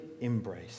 embrace